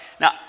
Now